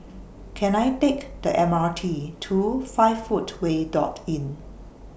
Can I Take The M R T to five Footway Dot Inn